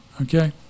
okay